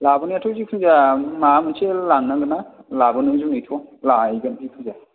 लाबोनायाथ' जिखुन जाया माबा मोनसे लांनागोन ना लाबोनो जुनैथ' लायगोन जिखुनुजाया